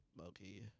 Okay